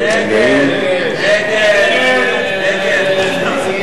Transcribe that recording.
החזר הוצאות כספיות בגין עריכת נישואין